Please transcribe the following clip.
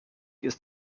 ist